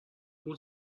پول